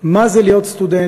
מה זה להיות סטודנט,